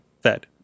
fed